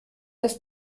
lass